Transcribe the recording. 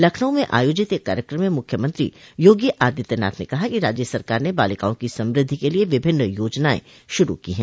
लखनऊ में आयोजित एक कार्यक्रम में मुख्यमंत्री योगी आदित्यनाथ ने कहा कि राज्य सरकार ने बालिकाओं की समृद्धि के लिये विभिन्न योजनाएं शुरू की है